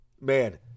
man